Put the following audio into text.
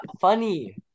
funny